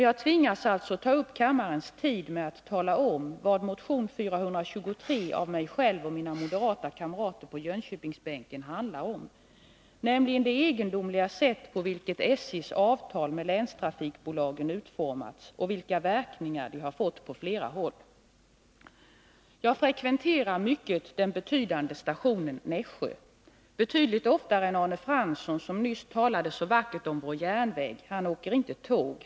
Jag tvingas alltså ta upp kammarens tid med att tala om vad motion 423 av mig själv och mina moderata kamrater på Jönköpingsbänken handlar om, nämligen det egendomliga sätt på vilket SJ:s avtal med länstrafikbolagen har utformats och vilka verkningar de har fått på flera håll. Jag frekventerar mycket den betydande stationen Nässjö. Jag gör det betydligt oftare än Arne Fransson, som nyss talade så vackert om vår järnväg. Han åker inte tåg.